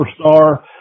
superstar